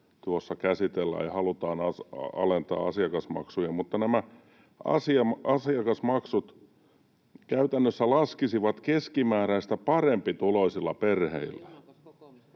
käsitellään, kun halutaan alentaa asiakasmaksuja. Mutta nämä asiakasmaksut käytännössä laskisivat keskimääräistä parempituloisilla perheillä,